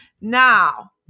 now